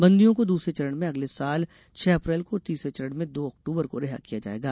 बंदियों को दूसरे चरण में अगले साल छह अप्रैल को और तीसरे चरण में दो अक्तूबर को रिहा किया जाएगा